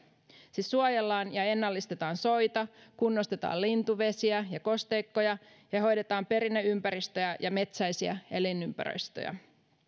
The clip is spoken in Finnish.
siis suojellaan ja ennallistetaan soita kunnostetaan lintuvesiä ja kosteikkoja ja hoidetaan perinneympäristöjä ja metsäisiä elinympäristöjä